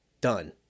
done